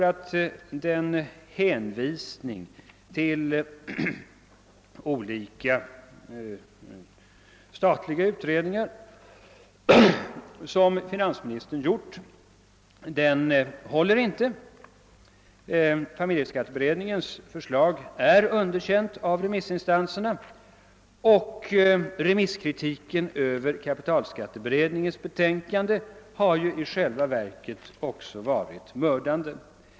Den hänvisning till olika statliga utredningar som finansministern gjort håller inte. Familjeskatteberedningens förslag har underkänts av remissinstanserna, och remisskritiken över kapitalskatteberedningens betänkande har i själva verket också varit mördande.